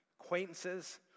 acquaintances